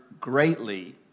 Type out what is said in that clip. greatly